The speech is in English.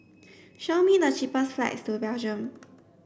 show me the cheapest flights to Belgium